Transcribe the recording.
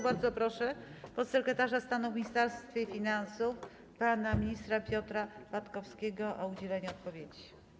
Bardzo proszę podsekretarza stanu w Ministerstwie Finansów pana ministra Piotra Patkowskiego o udzielenie odpowiedzi.